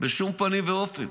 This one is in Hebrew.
בשום פנים ואופן.